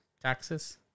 taxes